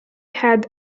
had